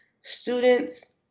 students